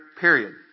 Period